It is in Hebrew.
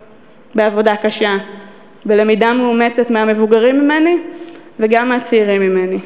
בעבודה קשה ובלמידה מאומצת מהמבוגרים ממני וגם מהצעירים ממני.